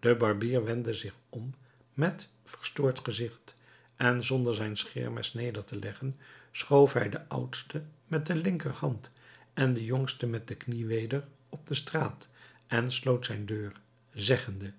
de barbier wendde zich om met verstoord gezicht en zonder zijn scheermes neder te leggen schoof hij den oudsten met de linkerhand en den jongsten met de knie weder op de straat en sloot zijn deur zeggende